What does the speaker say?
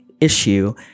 issue